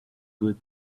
good